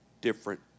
different